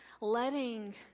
letting